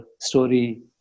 story